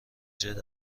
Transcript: جلد